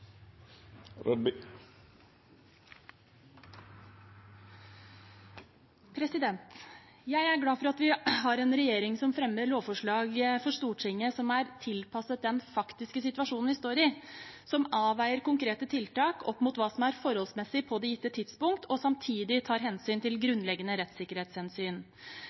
Jeg er glad for at vi har en regjering som fremmer lovforslag for Stortinget som er tilpasset den faktiske situasjonen vi står i, som avveier konkrete tiltak opp mot hva som er forholdsmessig på det gitte tidspunkt, og samtidig tar hensyn til grunnleggende rettssikkerhetshensyn.